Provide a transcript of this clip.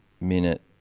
minute